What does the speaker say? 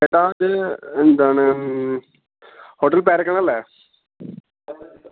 ചേട്ടാ അത് എന്താണ് ഹോട്ടൽ പാരഗണല്ലേ